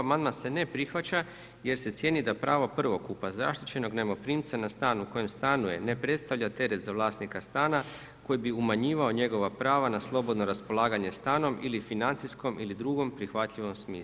Amandman se ne prihvaća jer se cijeni da pravo prvokupa zaštićenog najmoprimca na stan u kojem stanuje ne predstavlja teret za vlasnika stana koji bi umanjivao njegova prava na slobodno raspolaganje stanom ili financijskom ili drugom prihvatljivom smislu.